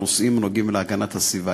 בנושאים הנוגעים להגנת הסביבה.